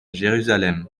jérusalem